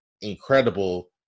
incredible